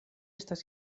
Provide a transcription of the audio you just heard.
estas